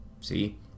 See